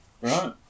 Right